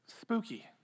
spooky